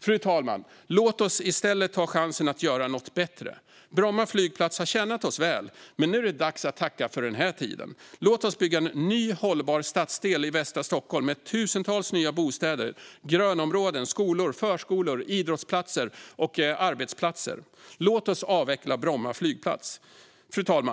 Fru talman! Låt oss i stället ta chansen att göra något bättre. Bromma flygplats har tjänat oss väl, men nu är det dags att tacka för den här tiden. Låt oss bygga en ny hållbar stadsdel i västra Stockholm med tusentals nya bostäder, grönområden, skolor, förskolor, idrottsplatser och arbetsplatser. Låt oss avveckla Bromma flygplats! Fru talman!